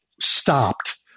stopped